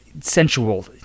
sensual